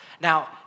Now